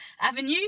avenue